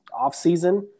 offseason